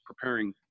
preparing